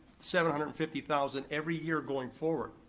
seven hundred and fifty thousand every year going forward.